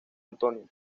antonio